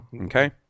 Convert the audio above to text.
Okay